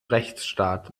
rechtsstaat